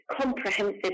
comprehensive